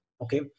Okay